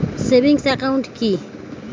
Savings account কি?